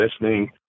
listening